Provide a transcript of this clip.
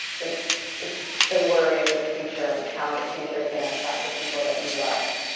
it's it's the worry of your future and how your future is going to affect the people that you love.